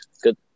good